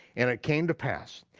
and it came to pass,